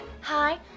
hi